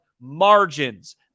margins